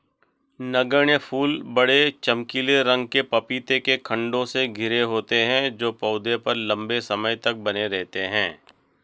नगण्य फूल बड़े, चमकीले रंग के पपीते के खण्डों से घिरे होते हैं जो पौधे पर लंबे समय तक बने रहते हैं